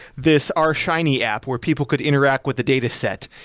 this r shiny app where people could interact with a data set.